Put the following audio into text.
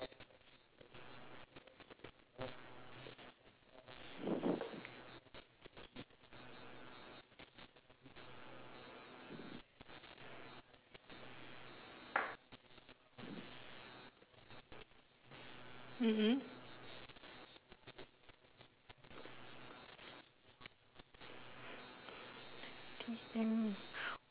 mm mm